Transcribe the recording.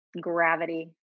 gravity